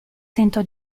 tentò